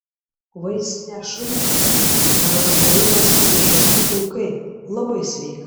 vaistinė šunmėtė rozmarinas ir žąsų taukai labai sveika